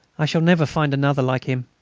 i shall never find another like him.